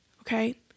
Okay